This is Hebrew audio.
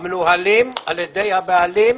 עסקים המנוהלים על ידי הבעלים.